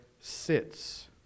sits